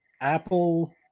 Apple